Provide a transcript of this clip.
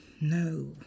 No